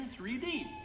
3D